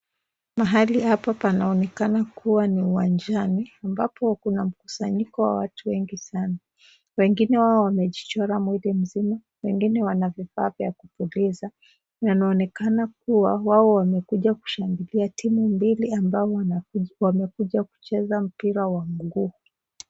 Mahali hapa panaonekana kuwa ni uwanjani ambapo Kuna mkusanyiko wa watu wengi sana. Wengine wamejichora mwili mzima, wengine wana vifaa vya kupuliza. Inaonekana wao wamekuja kushangilia timu mbili ambao wamekuja kucheza mpira wa mguu.